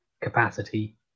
capacity